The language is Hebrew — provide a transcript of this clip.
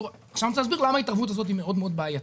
עכשיו אני רוצה להסביר למה ההתערבות הזאת היא מאוד מאוד בעייתית.